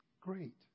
great